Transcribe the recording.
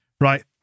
Right